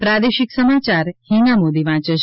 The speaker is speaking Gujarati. પ્રાદેશિક સમાચાર હિના મોદી વાંચે છે